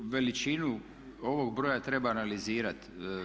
Veličinu ovog broja treba analizirati.